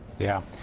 yeah,